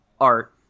art